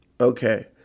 Okay